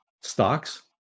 Stocks